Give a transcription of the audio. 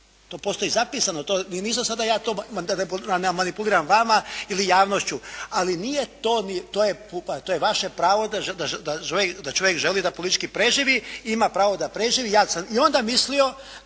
To postoji zapisano. To nisam sada ja to, da manipuliram vama ili javnošću. Ali nije to, to je vaše pravo da čovjek želi da politički preživi. Ima pravo da preživi. Ja sam i onda mislio